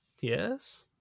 Yes